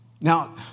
Now